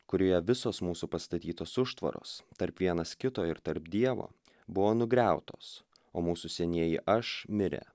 kurioje visos mūsų pastatytos užtvaros tarp vienas kito ir tarp dievo buvo nugriautos o mūsų senieji aš mirė